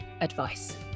advice